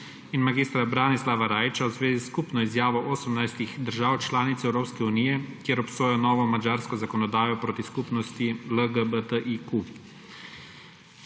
in mag. Branislava Rajića v zvezi s skupno izjavo 18 držav članic Evropske unije, kjer obsojajo novo madžarsko zakonodajo proti skupnosti LGBTIQ.